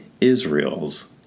Israel's